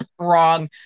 wrong